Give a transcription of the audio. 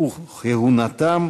וכהונתם)